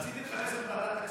רציתי לכנס את ועדת הכספים,